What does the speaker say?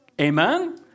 Amen